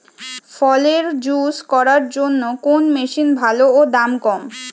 ফলের জুস করার জন্য কোন মেশিন ভালো ও দাম কম?